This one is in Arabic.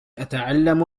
أتعلم